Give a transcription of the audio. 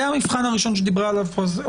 זה המבחן הראשון שדיברה עליו פרופ' פוגץ'.